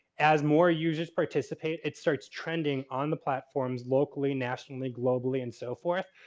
as more users participate it starts trending on the platforms locally, nationally, globally, and so forth.